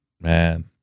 man